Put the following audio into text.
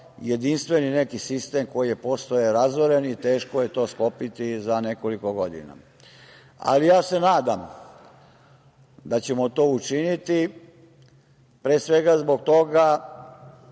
jedinstveni neki sistem koji je postojao, razoren je i teško je to sklopiti za nekoliko godina. Nadam se da ćemo to učiniti, pre svega zbog toga